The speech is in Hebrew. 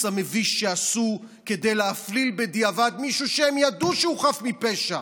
המביש שעשו כדי להפליל בדיעבד מישהו שהם ידעו שהוא חף מפשע.